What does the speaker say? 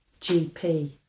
GP